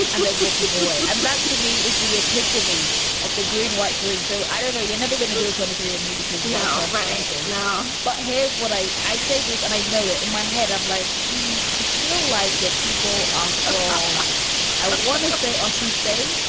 and then walking away. and that to me is the epitome of the greed, white greed. so i don't know. you're never going to do a twenty three on me because now. right now. but here's what i. i say this and i know it in my head. i'm like i feel like your people of all i want to say ocean state.